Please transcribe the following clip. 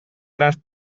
grans